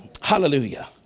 Hallelujah